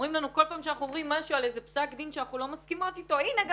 כל פעם שאנחנו אומרים משהו שאנחנו לא מסכימות איתו אומרים לנו: הנה,